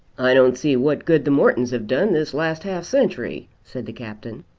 i don't see what good the mortons have done this last half century, said the captain.